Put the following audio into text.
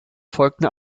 folgten